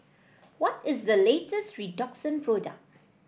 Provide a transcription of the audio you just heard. what is the latest Redoxon product